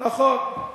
נכון,